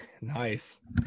nice